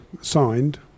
signed